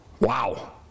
Wow